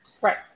Right